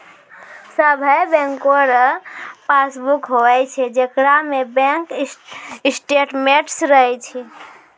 सभे बैंको रो पासबुक होय छै जेकरा में बैंक स्टेटमेंट्स रहै छै